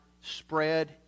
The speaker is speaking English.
spread